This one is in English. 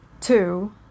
Two